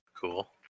Cool